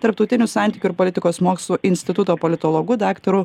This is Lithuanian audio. tarptautinių santykių ir politikos mokslų instituto politologu daktaru